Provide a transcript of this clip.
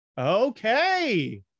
Okay